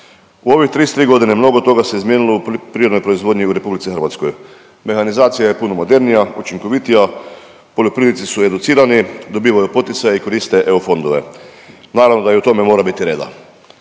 U ovih 33 godine mnogo toga se izmijenilo u poljoprivrednoj proizvodnji u RH, mehanizacija je puno modernija, učinkovitija, poljoprivrednici su educirani, dobivaju poticaje i koriste EU fondove. Naravno da i u tome mora biti reda.